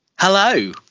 Hello